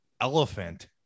elephant